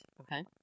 Okay